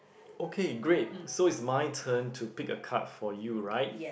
okay great so it's my turn to pick a card for you right